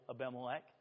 Abimelech